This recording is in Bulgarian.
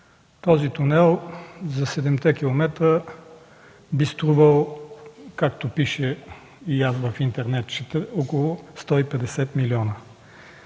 този тунел за 7-те километра би струвал, както пише и аз в интернет чета, около 150 милиона?!